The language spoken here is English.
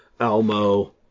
Almo